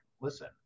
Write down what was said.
listen